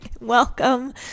Welcome